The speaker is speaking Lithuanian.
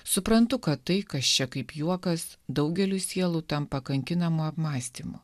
suprantu kad tai kas čia kaip juokas daugeliui sielų tampa kankinamų apmąstymų